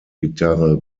gitarre